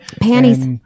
Panties